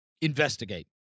investigate